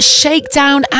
shakedown